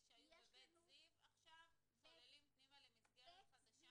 שהיו ב'בית זיו' עכשיו צוללים פנימה למסגרת חדשה?